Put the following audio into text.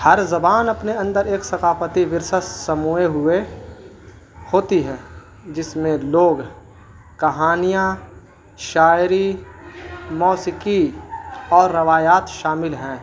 ہر زبان اپنے اندر ایک ثقافتی ورثت سموئے ہوئے ہوتی ہے جس میں لوگ کہانیاں شاعری موسیقی اور روایات شامل ہیں